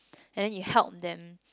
and then you help them